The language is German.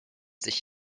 sich